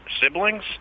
siblings